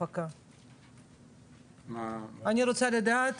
אני רוצה לדעת,